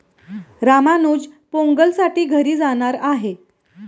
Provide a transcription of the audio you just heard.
रामानुज पोंगलसाठी घरी जाणार आहे